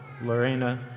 Lorena